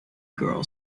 girl